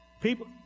People